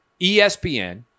ESPN